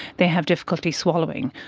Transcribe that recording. they have difficulty swallowing.